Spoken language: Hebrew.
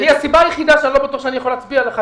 הסיבה היחידה שאני לא בטוח שאני יכול להצביע לך,